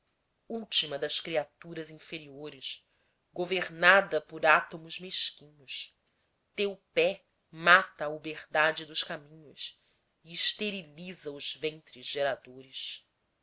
última das criaturasinferiores governada por átomos mesquinhos teu pé mata a uberdade dos caminhos e esteriliza os ventres geradores